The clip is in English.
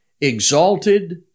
Exalted